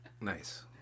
Nice